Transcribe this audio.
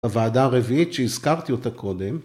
הועדה הרביעית שהזכרתי אותה קודם